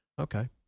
Okay